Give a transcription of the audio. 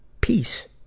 peace